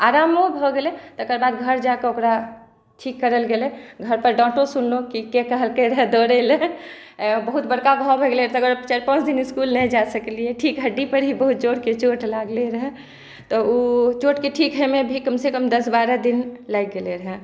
आरामो भऽ गेलै तकर बाद घर जाकऽ ओकरा ठीक करल गेलै घरपर डाँटो सुनलहुँ कि के कहलकै रहै दौड़ैलए बहुत बड़का घाव भऽ गेलै तकर चारि पाँच दिन इसकुल नहि जा सकलिए ठीक हड्डीपर ही बहुत जोरके चोट लागलै रहै तऽ ओ चोटके ठीक होइमे भी कमसँ कम दस बारह दिन लागि गेलै रहै